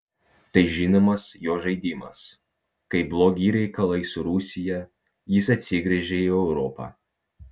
tai žinomas jo žaidimas kai blogi reikalai su rusija jis atsigręžia į europą